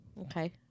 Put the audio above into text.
Okay